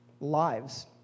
lives